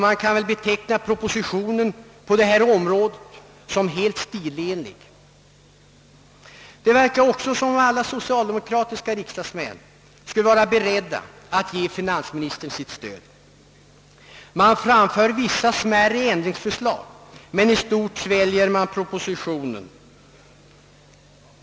Man kan alltså beteckna denna proposition som helt stilenlig. Det verkar också som om alla socialdemokratiska riksdagsmän skulle vara beredda att ge finansministern sitt stöd. Man framför vissa smärre ändringsförslag, men i stort sväljer man propositionen.